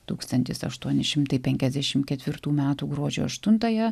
tūkstantis aštuoni šimtai penkiasdešim ketvirtų metų gruodžio aštuntąją